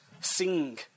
sing